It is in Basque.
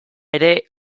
ere